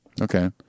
Okay